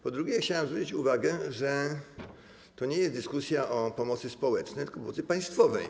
Po drugie, chciałem zwrócić uwagę, że to nie jest dyskusja o pomocy społecznej, tylko o pomocy państwowej.